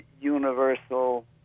universal